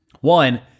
one